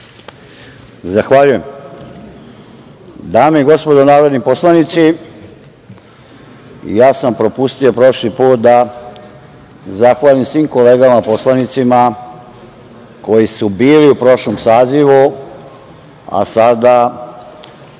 Zahvaljujem. Dame i gospodo narodni poslanici, propustio sam prošli put da zahvalim svim kolegama poslanicima koji su bili u prošlom sazivu, a sada